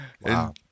Wow